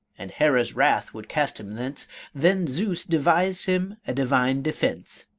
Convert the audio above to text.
and hera's wrath would cast him thence then zeus devised him a divine defence.